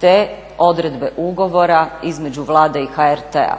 te odredbe ugovora između Vlade i HRT-a.